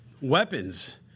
weapons